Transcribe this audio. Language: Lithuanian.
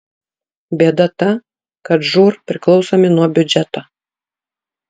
bėda ta kad žūr priklausomi nuo biudžeto